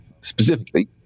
Specifically